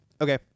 Okay